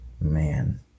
man